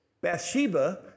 Bathsheba